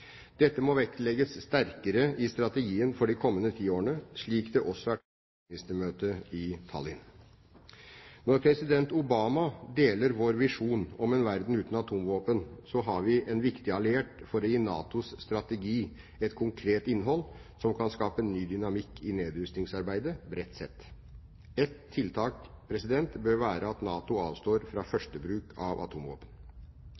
Dette må vektlegges sterkere i strategien for de kommende 10 årene, slik det også er tatt til orde for i henvendelsen til NATOs generalsekretær foran det kommende utenriksministermøtet i Tallinn. Når president Obama deler vår visjonen om en verden uten atomvåpen, har vi en viktig alliert for å gi NATOs strategi et konkret innhold som kan skape ny dynamikk i nedrustningsarbeidet, bredt sett. Ett tiltak bør være at NATO avstår fra